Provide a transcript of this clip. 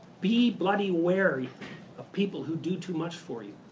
be bloody wary of people who do too much for you.